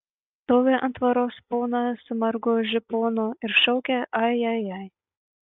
stovi ant tvoros ponas su margu žiponu ir šaukia ajajai